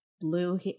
blue